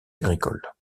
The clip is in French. agricole